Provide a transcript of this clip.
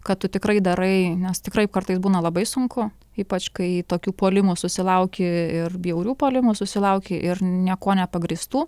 kad tu tikrai darai nes tikrai kartais būna labai sunku ypač kai tokių puolimų susilauki ir bjaurių puolimų susilaukė ir niekuo nepagrįstų